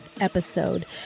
episode